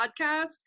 podcast